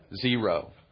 zero